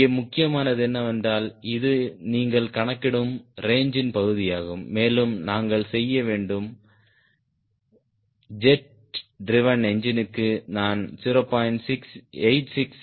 இங்கே முக்கியமானது என்னவென்றால் இது நீங்கள் கணக்கிடும் ரேஞ்சின் பகுதியாகும் மேலும் நாங்கள் செய்ய வேண்டும் ஜெட் ட்ரிவேன் என்ஜினுக்கு நான் 0